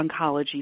oncology